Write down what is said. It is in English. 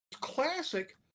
classic